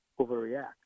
overreact